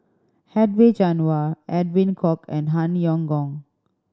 Hedwig Anuar Edwin Koek and Han Yong Hong